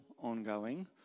ongoing